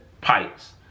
pipes